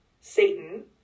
Satan